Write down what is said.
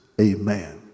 Amen